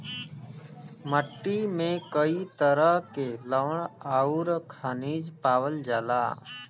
मट्टी में कई तरह के लवण आउर खनिज पावल जाला